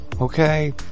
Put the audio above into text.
Okay